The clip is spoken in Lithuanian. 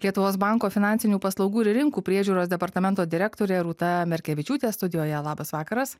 lietuvos banko finansinių paslaugų ir rinkų priežiūros departamento direktorė rūta merkevičiūtė studijoje labas vakaras